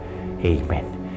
Amen